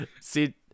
see